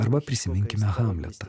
arba prisiminkime hamletą